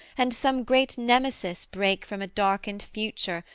and some great nemesis break from a darkened future,